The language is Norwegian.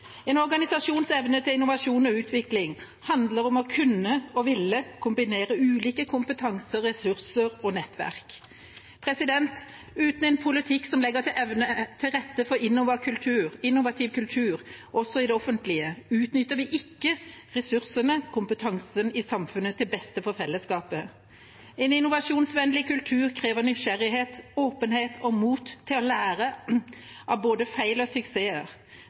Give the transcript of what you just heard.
En organisasjons evne til innovasjon og utvikling handler om å kunne og ville kombinere ulike kompetanser, ressurser og nettverk. Uten en politikk som legger til rette for innovativ kultur også i det offentlige, utnytter vi ikke ressursene og kompetansen i samfunnet til beste for fellesskapet. En innovasjonsvennlig kultur krever nysgjerrighet, åpenhet og mot til å lære av både feil og suksesser.